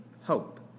hope